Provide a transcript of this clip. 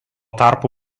tarpu